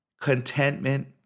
contentment